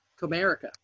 comerica